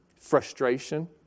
frustration